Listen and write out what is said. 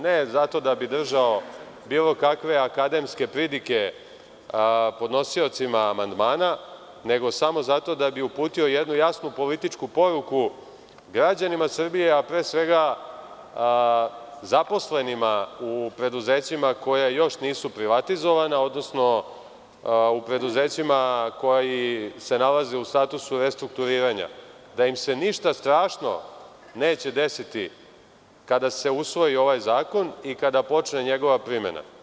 Ne zato da bih držao bilo kakve akademske pridike podnosiocima amandmana, nego samo zato da bih uputio jednu jasnu političku poruku građanima Srbije, a pre svega zaposlenima u preduzećima koja još nisu privatizovana, odnosno u preduzećima koja se nalaze u statusu restrukturiranja, da ima se ništa strašno neće desiti kada se usvoji ovaj zakon i kada počne njegova primena.